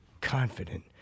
confident